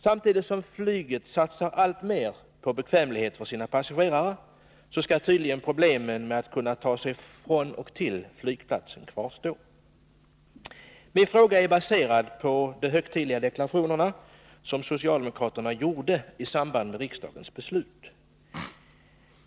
Samtidigt som flyget satsar alltmera på bekvämlighet för sina passagerare, skall tydligen problemen med att ta sig från och till flygplatsen kvarstå. Min fråga är baserad på de högtidliga deklarationer som socialdemokraterna gjorde i samband med riksdagens beslut.